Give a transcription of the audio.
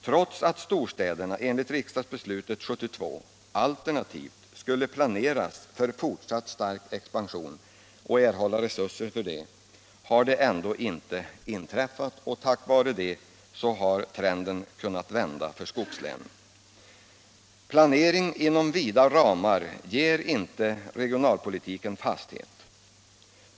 Trots att storstäderna enligt riksdagsbeslutet 1972 alternativt skulle planeras för fortsatt stark expansion och erhålla resurser härför, har detta ändå inte inträffat. Tack vare den omständigheten har trenden kunnat vända för skogslänen. Planering inom vida ramar ger inte regionalpolitiken fasthet.